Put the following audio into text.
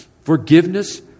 Forgiveness